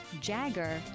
jagger